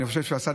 אני חושב שעשה